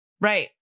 Right